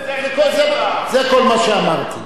זה כל מה שאמרתי.